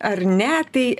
ar ne tai